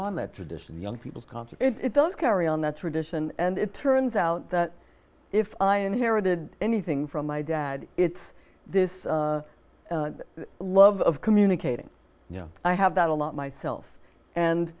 on that tradition young people's concert it does carry on that tradition and it turns out that if i inherited anything from my dad it's this love communicating you know i have that a lot myself and